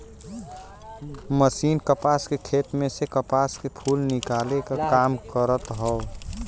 machine कपास के खेत में से कपास के फूल निकाले क काम करत हौ